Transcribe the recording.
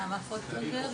נעמה פויכטונגר,